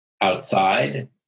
outside